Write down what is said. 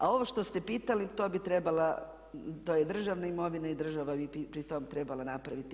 A ovo što ste pitali, to bi trebala, to je državna imovina i država bi to trebala napraviti.